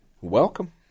Welcome